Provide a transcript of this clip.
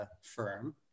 firm